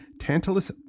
Tantalus